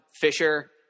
Fisher